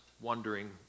wondering